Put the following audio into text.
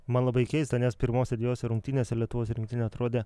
man labai keista nes pirmose dvejose rungtynėse lietuvos rinktinė atrodė